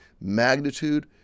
magnitude